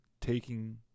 taking